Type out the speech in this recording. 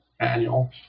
manual